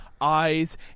Eyes